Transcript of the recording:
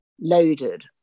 loaded